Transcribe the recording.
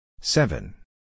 Seven